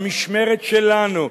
במשמרת שלנו,